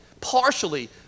partially